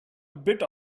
bit